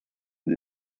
und